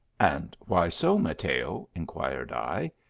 and why so, mateo? inquired i.